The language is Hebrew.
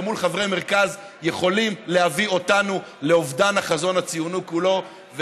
מול חברי מרכז יכולים להביא אותנו לאובדן החזון הציוני כולו.